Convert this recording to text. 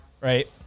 right